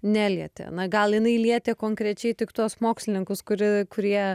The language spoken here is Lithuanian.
nelietė na gal jinai lietė konkrečiai tik tuos mokslininkus kuri kurie